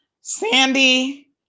Sandy